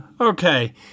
Okay